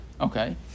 Okay